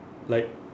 like